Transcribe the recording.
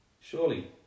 Surely